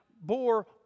bore